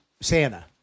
Santa